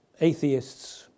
atheists